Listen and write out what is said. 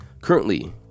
currently